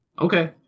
Okay